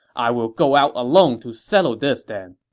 i will go out alone to settle this then.